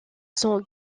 son